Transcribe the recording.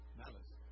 malice